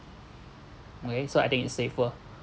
okay so I think it's safer